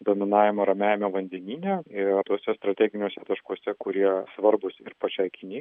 dominavimą ramiajame vandenyne ir tuose strateginiuose taškuose kurie svarbūs ir pačiai kinijai